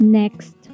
next